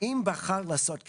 "אם בחר לעשות כן".